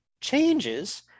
changes